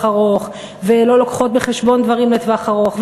אחרון ולא לוקחות בחשבון דברים לטווח ארוך,